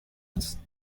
است